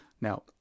Now